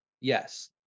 yes